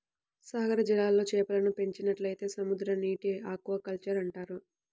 సాగర జలాల్లో చేపలను పెంచినట్లయితే సముద్రనీటి ఆక్వాకల్చర్ అంటారు